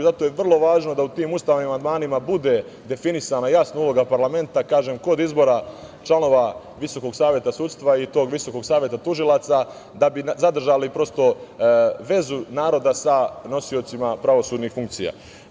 Zato je vrlo važno da u tim ustavnim amandmanima bude definisana jasna uloga parlamenta, kažem kod izbora članova VSS i tog Visokog saveta tužilaca, da bi zadržali prosto vezu naroda sa nosiocima pravosudnih funkcija.